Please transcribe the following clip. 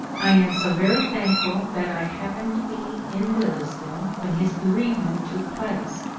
i am so very thank ful that i happened to be in willesden when his bereavement took place,